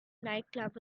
nightclub